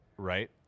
Right